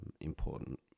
important